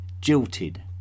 jilted